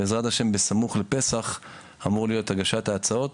בעזרת השם בסמוך לפסח אמור להיות הגשת ההצעות.